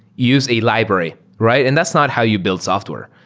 use a library, right? and that's not how you build software,